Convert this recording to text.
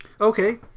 Okay